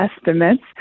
estimates